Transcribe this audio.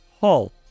Hull